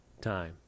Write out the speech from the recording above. time